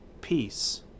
peace